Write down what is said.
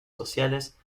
sociales